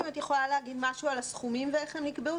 אם את יכולה להגיד משהו על הסכומים ואיך הם נקבעו?